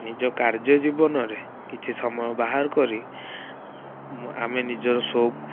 ନିଜ କାର୍ଯ୍ୟଜୀବନରେ କିଛି ସମୟ ବାହାର କରି ଆମେ ନିଜର ସଉକ